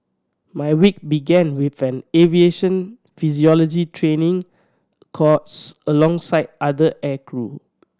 my week began with an aviation physiology training course alongside other aircrew